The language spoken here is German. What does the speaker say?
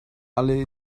alle